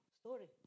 story